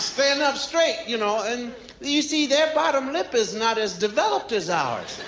stand up straight. you know and you see, their bottom lip is not as developed as ours.